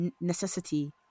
necessity